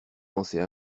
lancer